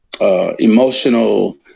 emotional